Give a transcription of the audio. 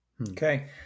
Okay